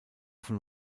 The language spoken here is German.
von